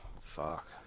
Fuck